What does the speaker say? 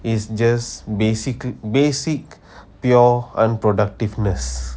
is just basic basic pure and productiveness